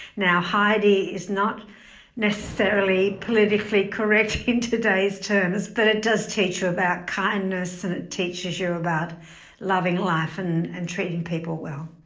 heidi is not necessarily politically correct in today's terms but it does teach you about kindness and it teaches you about loving life and and treating people well.